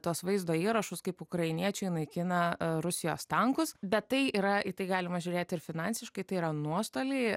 tuos vaizdo įrašus kaip ukrainiečiai naikina rusijos tankus bet tai yra į tai galima žiūrėti ir finansiškai tai yra nuostoliai